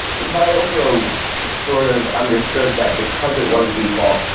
but i also sort of understood that because it was a default,